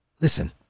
listen